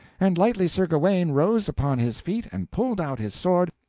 and lightly sir gawaine rose upon his feet and pulled out his sword,